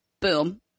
boom